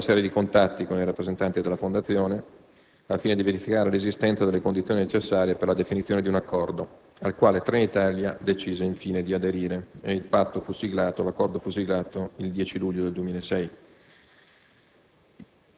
Vi fu poi una serie di contatti con i rappresentanti della fondazione al fine di verificare l'esistenza delle condizioni necessarie per la definizione di un accordo, al quale Trenitalia decise infine di aderire. L'accordo fu siglato il 10 luglio 2006.